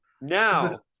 now